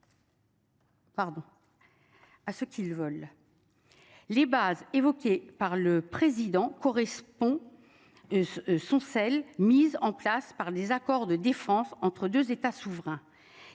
Les bases évoquée par le président correspond et ce sont celles mises en place par les accords de défense entre 2 États souverains.